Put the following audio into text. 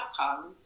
outcome